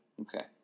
Okay